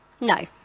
No